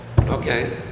Okay